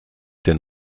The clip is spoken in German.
den